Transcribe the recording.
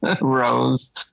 rose